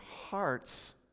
hearts